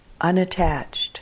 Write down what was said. unattached